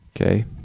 Okay